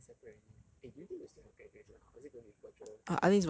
but going separate already eh do you think we still have graduation ah or is it gonna be virtual